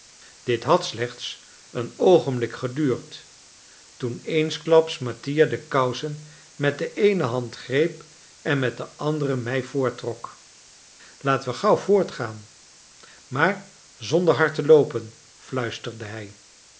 dit had slechts een oogenblik geduurd toen eensklaps mattia de kousen met de eene hand greep en met de andere mij voorttrok laten we gauw voortgaan maar zonder hard te loopen fluisterde hij